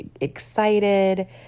excited